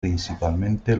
principalmente